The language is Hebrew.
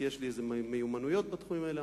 כי יש לי איזה מיומנויות בתחומים האלה.